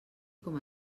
com